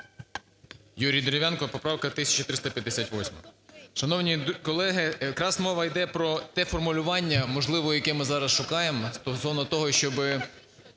Юрій Дерев'янко, поправка 1358. Шановні колеги, якраз мова йде проте формулювання, можливо, яке ми зараз шукаємо стосовно того, щоб